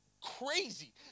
crazy